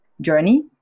journey